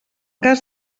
cas